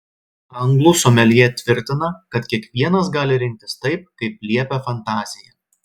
anglų someljė tvirtina kad kiekvienas gali rinktis taip kaip liepia fantazija